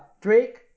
drake